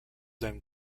then